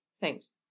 Thanks